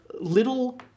little